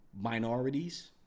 minorities